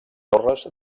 torres